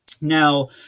Now